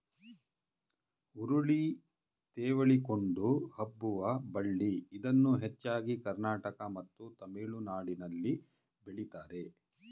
ಹುರುಳಿ ತೆವಳಿಕೊಂಡು ಹಬ್ಬುವ ಬಳ್ಳಿ ಇದನ್ನು ಹೆಚ್ಚಾಗಿ ಕರ್ನಾಟಕ ಮತ್ತು ತಮಿಳುನಾಡಲ್ಲಿ ಬೆಳಿತಾರೆ